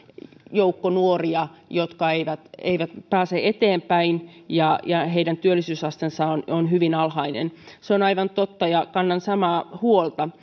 joukko nuoria jotka eivät eivät pääse eteenpäin ja joiden työllisyysaste on hyvin alhainen se on aivan totta ja kannan samaa huolta